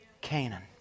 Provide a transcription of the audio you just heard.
Canaan